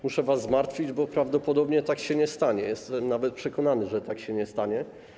Muszę was zmartwić, bo prawdopodobnie tak się nie stanie, jestem nawet przekonany, że tak się nie stanie.